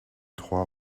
trois